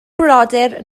brodyr